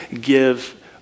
give